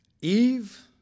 Eve